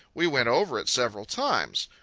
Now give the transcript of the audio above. we went over it several times.